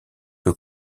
que